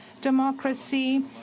Democracy